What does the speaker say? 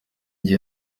gihe